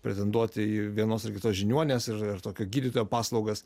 pretenduoti į vienos ar kitos žiniuonės ir ir tokio gydytojo paslaugas